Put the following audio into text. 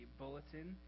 bulletin